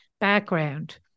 background